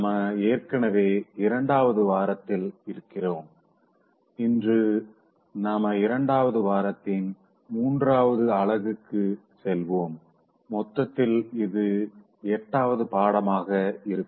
நாம ஏற்கனவே இரண்டாவது வாரத்தில் இருக்கிறோம் இன்று நாம இரண்டாவது வாரத்தின் மூன்றாவது அலகுக்குச் செல்வோம் மொத்தத்தில் இது எட்டாவது பாடமாக இருக்கும்